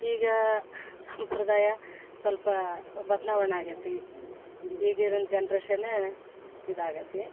ಈಗ ಸಂಪ್ರದಾಯ ಸ್ವಲ್ಪಾ ಬದಲಾವಣೆ ಆಗಿದೆ ಈಗಿರೋ ಜನ್ರೇಷನ್ ಇದು ಆಗಿದೆ